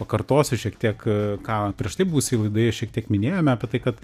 pakartosiu šiek tiek ką prieš tai buvusioj laidoje šiek tiek minėjome apie tai kad